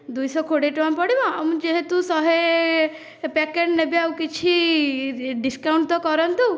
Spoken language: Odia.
ଦୁଇଶହ କୋଡ଼ିଏ ଟଙ୍କା ପଡ଼ିବ ଆଉ ମୁଁ ଯେହେତୁ ଶହେ ପ୍ୟାକେଟ ନେବି ଆଉ କିଛି ଡିସ୍କାଉଣ୍ଟ ତ କରନ୍ତୁ